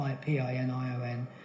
P-I-N-I-O-N